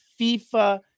FIFA